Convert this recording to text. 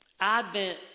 Advent